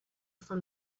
from